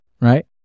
right